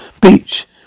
Beach